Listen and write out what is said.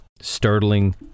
startling